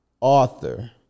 author